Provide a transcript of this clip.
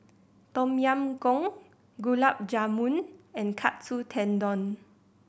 Tom Yam Goong Gulab Jamun and Katsu Tendon